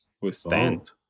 withstand